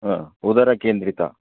उदरकेन्द्रितः